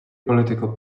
political